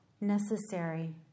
necessary